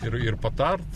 ir ir patart